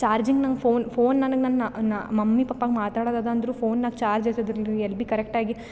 charging ನಂಗೆ phone phone ನನ್ಗೆ ನನ್ನ ನ ನ ಮಮ್ಮಿ ಪಪ್ಪಂಗೆ ಮಾತಾಡೋದ್ ಅದು ಅಂದರು ಫೋನ್ನಾಗೆ ಚಾರ್ಜ್ ಇರ್ತಿದಿಲ್ರೀ ಎಲ್ಲಿ ಬಿ ಕರೆಕ್ಟಾಗಿ